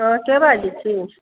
हँ के बाजैत छी